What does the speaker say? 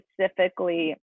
specifically